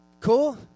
Cool